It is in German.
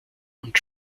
und